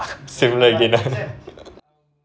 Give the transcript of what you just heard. similar again ah